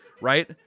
right